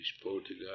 Portugal